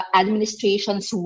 administration's